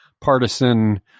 partisan